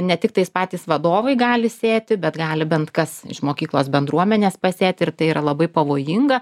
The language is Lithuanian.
ne tiktais patys vadovai gali sėti bet gali bent kas iš mokyklos bendruomenės pasėti ir tai yra labai pavojinga